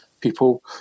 people